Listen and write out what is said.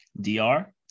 DR